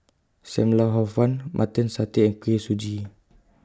SAM Lau Hor Fun Mutton Satay and Kuih Suji